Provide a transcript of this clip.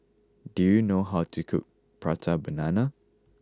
do you know how to cook Prata Banana